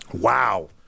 Wow